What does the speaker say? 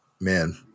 man